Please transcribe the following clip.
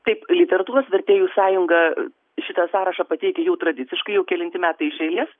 taip literatūros vertėjų sąjunga šitą sąrašą pateikia jau tradiciškai jau kelinti metai iš eilės